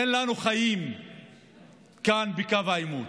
אין לנו חיים כאן בקו העימות.